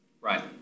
Right